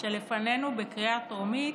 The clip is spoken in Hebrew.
שלפנינו בקריאה טרומית,